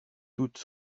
toute